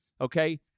okay